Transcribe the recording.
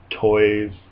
Toys